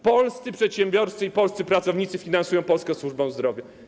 Polscy przedsiębiorcy i polscy pracownicy finansują polską służbę zdrowia.